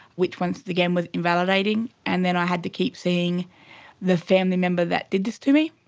which once again was invalidating, and then i had to keep seeing the family member that did this to me.